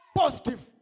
positive